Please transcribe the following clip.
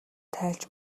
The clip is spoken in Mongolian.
тайлж